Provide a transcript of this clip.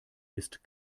ist